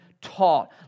taught